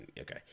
Okay